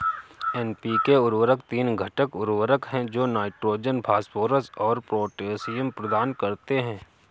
NPK उर्वरक तीन घटक उर्वरक हैं जो नाइट्रोजन, फास्फोरस और पोटेशियम प्रदान करते हैं